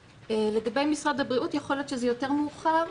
לגבי משרד הבריאות יכול להיות שזה יותר מאוחר,